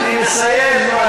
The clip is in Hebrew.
שני בנים שלי חטפו, אני מסיים.